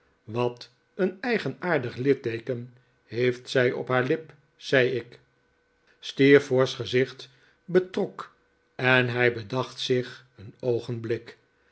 wat een eigenaardig litteeken heeft zij op haar lip zei ik steerforth's gezicht betrok en hij bedacht zich een oogenblik